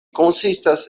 konsistas